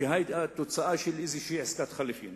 כתוצאה של איזו עסקת חליפין,